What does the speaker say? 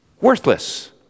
worthless